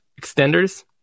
extenders